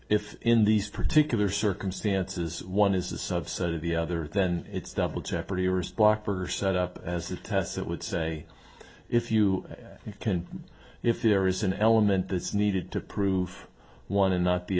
if in these particular circumstances one is a subset of the other then it's double jeopardy or are set up as a test that would say if you can if there is an element that's needed to prove one and not